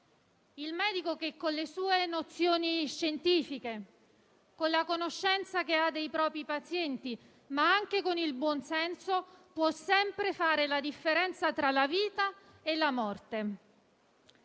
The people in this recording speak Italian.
il medico che, con le sue nozioni scientifiche, la conoscenza che ha dei propri pazienti, ma anche con il buon senso, può sempre fare la differenza tra la vita e la morte.